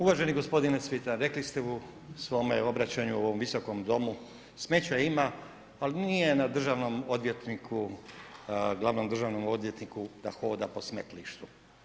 Uvaženi gospodin Cvitan, rekli ste u svome obraćanju u ovom Visokom domu, smeća ima, ali nije na državnom odvjetniku, glavnom državnom odvjetniku da hoda po smetlištu.